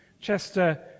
Chester